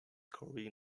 korean